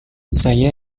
saya